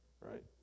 right